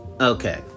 okay